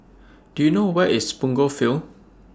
Do YOU know Where IS Punggol Field